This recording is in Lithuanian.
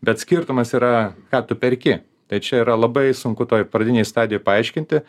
bet skirtumas yra ką tu perki tai čia yra labai sunku toj pradinėj stadijoj paaiškinti